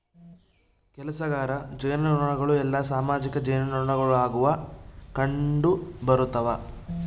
ಕೆಲಸಗಾರ ಜೇನುನೊಣಗಳು ಎಲ್ಲಾ ಸಾಮಾಜಿಕ ಜೇನುನೊಣಗುಳಾಗ ಕಂಡುಬರುತವ